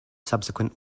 subsequent